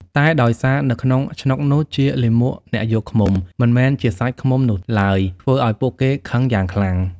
តែដោយសារនៅក្នងឆ្នុកនោះជាលាមកអ្នកយកឃ្មុំ មិនមែនជាសាច់ឃ្មុំនោះឡើយ ធ្វើឲ្យពួកគេខឹងយ៉ាងខ្លាំង។